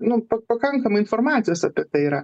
nu pa pakankamai informacijos apie tai yra